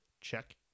check